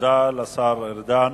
תודה לשר ארדן.